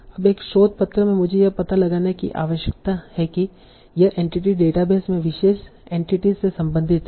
अब एक शोध पत्र में मुझे यह पता लगाने की आवश्यकता है कि यह एंटिटी डेटाबेस में विशेष एंटिटी से संबंधित है